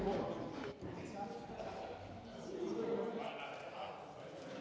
Tak